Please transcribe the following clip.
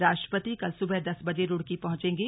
राष्ट्रपति कल सुबह दस बजे रूड़की पहुंचेंगे